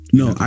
no